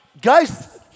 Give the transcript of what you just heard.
Guys